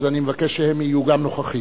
אז אני מבקש שגם הם יהיו נוכחים.